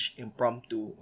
impromptu